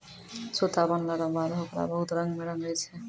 सूता बनलो रो बाद होकरा बहुत रंग मे रंगै छै